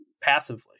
passively